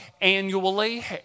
annually